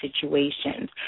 situations